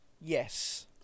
Yes